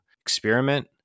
experiment